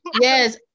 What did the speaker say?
Yes